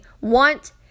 want